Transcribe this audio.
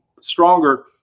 stronger